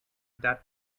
that